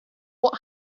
what